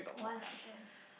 one of them